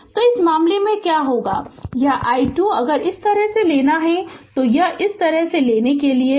तो इस मामले में क्या होगा यह i2 अगर इस तरह से लेना है तो यह इस तरह से लेने के लिए है